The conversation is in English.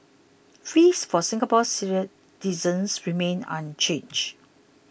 fees for Singapore citizens remain unchanged